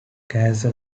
kassel